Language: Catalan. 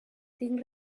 tinc